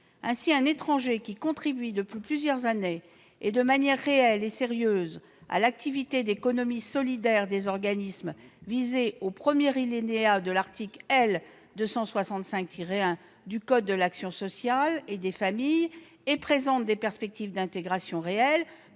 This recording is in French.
Ainsi, un étranger qui contribue, depuis plusieurs années et de manière réelle et sérieuse, à l'activité d'économie solidaire des organismes visés au premier alinéa de l'article L. 265-1 du code de l'action sociale et des familles et qui présente des perspectives d'intégration réelles,